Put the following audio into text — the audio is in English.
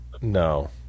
No